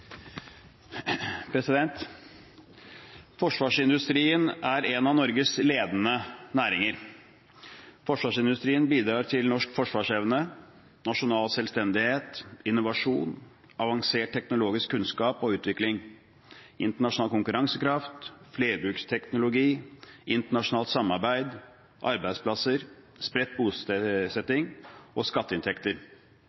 en av Norges ledende næringer. Forsvarsindustrien bidrar til norsk forsvarsevne, nasjonal selvstendighet, innovasjon, avansert teknologisk kunnskap og utvikling, internasjonal konkurransekraft, flerbruksteknologi, internasjonalt samarbeid, arbeidsplasser, spredt